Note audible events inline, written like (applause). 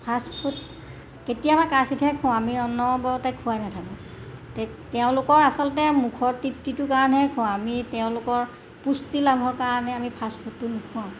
fast food কেতিয়াবা কাচিৎহে খুৱাওঁ আমি অনবৰতে খুৱাই নাথাকোঁ (unintelligible) তেওঁলোকৰ আচলতে মুখৰ তৃপ্তিটোৰ কাৰণেহে খুৱাওঁ আমি তেওঁলোকৰ পুষ্টি লাভৰ কাৰণে আমি ফাষ্টফুডটো নোখুৱাওঁ